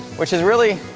which is really,